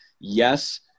yes